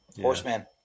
Horseman